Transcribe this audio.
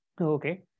Okay